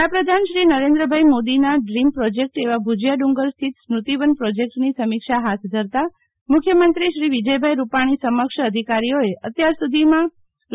વડાપ્રધાન શ્રી નરેન્દ્રભાઈ મોદીના dream project એવા ભુજીયા ડંગર સ્થિત સ્મૃતિવન પ્રોજેકટની સમીક્ષા હાથ ધરતા મુખ્યમંત્રી શ્રી વિ યભાઈ રૂપાણી સમક્ષ ધિકારીઓએ ત્યાર સુધીમાં રૂ